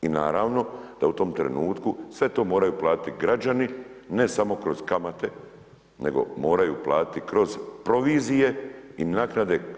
I naravno da u tom trenutku sve to moraju platiti građani ne samo kroz kamate, nego moraju platiti kroz provizije i naknade.